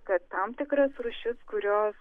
kad tam tikras rūšis kurios